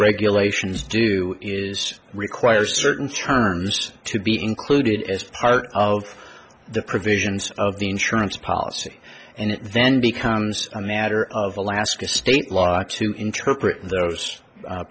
regulations do is require certain terms to be included as part of the provisions of the insurance policy and it then becomes a matter of alaska state law to interpret those